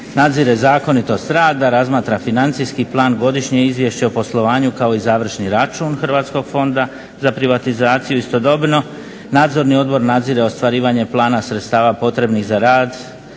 nadzire zakonitost rada, razmatra financijski plan, godišnje izvješće o poslovanju kao i završni račun Hrvatskog fonda za privatizaciju. Istodobno Nadzorni odbor nadzire ostvarivanje plana sredstava potrebnih za rad,